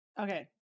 okay